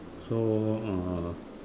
so uh